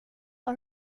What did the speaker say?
are